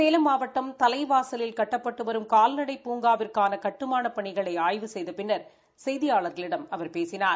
சேலம் மாவட்டம் தலைவாகலில் கட்டப்பட்டு வரும் கால்நடை பூங்கா விற்பான கட்டுமானப் பணிகளை ஆய்வு செய்த பின்னர் செய்தியாளர்களிடம் அவர் பேசினார்